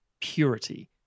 purity